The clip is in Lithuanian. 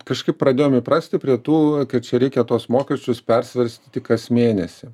kažkaip pradėjom įprasti prie tų kad čia reikia tuos mokesčius persvarstyti kas mėnesį